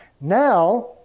Now